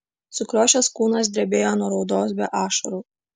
sukriošęs kūnas drebėjo nuo raudos be ašarų